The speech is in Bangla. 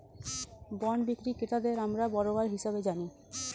বন্ড বিক্রি ক্রেতাদের আমরা বরোয়ার হিসেবে জানি